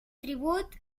tribut